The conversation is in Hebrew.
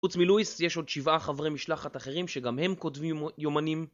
חוץ מלואיס יש עוד שבעה חברי משלחת אחרים שגם הם כותבים יומנים